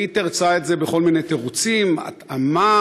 והיא תירצה את זה בכל מיני תירוצים: התאמה,